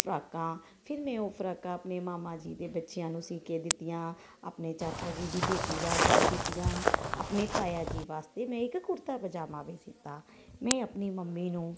ਫਰਾਕਾਂ ਫਿਰ ਮੈਂ ਓ ਫਰਾਕਾਂ ਆਪਣੇ ਮਾਮਾ ਜੀ ਦੇ ਬੱਚਿਆਂ ਨੂੰ ਸੀਕੇ ਦਿੱਤੀਆਂ ਆਪਣੇ ਚਾਚਾ ਜੀ ਦੀ ਬੇਟੀ ਵਾਸਤੇ ਸੀਤੀਆਂ ਆਪਣੀ ਤਾਇਆ ਜੀ ਵਾਸਤੇ ਮੈਂ ਇੱਕ ਕੁੜਤਾ ਪਜਾਮਾ ਵੀ ਸੀਤਾ ਮੈਂ ਆਪਣੀ ਮੰਮੀ ਨੂੰ